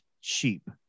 cheap